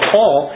Paul